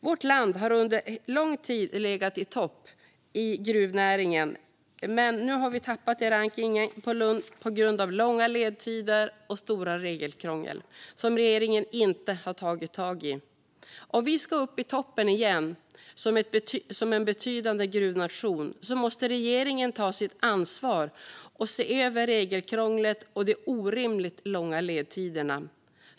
Vårt land har under lång tid legat i topp inom gruvnäringen, men nu har vi tappat i rankningen på grund av långa ledtider och stort regelkrångel, som regeringen inte tagit tag i. Om vi ska upp i toppen igen som en betydande gruvnation måste regeringen ta sitt ansvar och se över regelkrånglet och de orimligt långa ledtiderna.